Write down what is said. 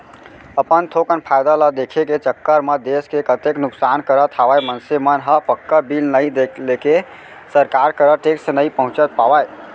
अपन थोकन फायदा ल देखे के चक्कर म देस के कतेक नुकसान करत हवय मनसे मन ह पक्का बिल नइ लेके सरकार करा टेक्स नइ पहुंचा पावय